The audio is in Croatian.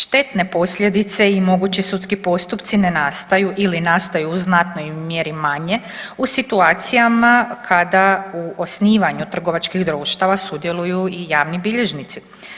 Štetne posljedice i mogući sudski postupci ne nastaju ili nastaju u znatnoj mjeri manje u situacijama kada u osnivanju trgovačkih društava sudjeluju i javni bilježnici.